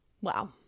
Wow